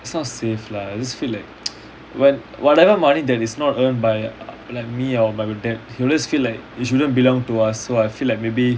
it's not safe lah just feel like what whatever money that's not earned by uh like me or my dad he will just feel like it shouldn't belong to us so I feel like maybe